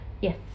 Yes